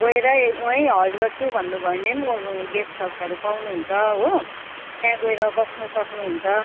गएर वहीँ हल्ड गर्छु भन्नुभयो भने पनि गेस्ट हाउसहरू पाउनुहुन्छ हो त्यहाँ गएर बस्नु सक्नुहुन्छ